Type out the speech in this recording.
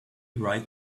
right